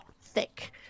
thick